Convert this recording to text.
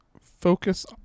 focus